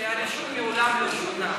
שהרישום מעולם לא שונה.